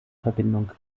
verbindung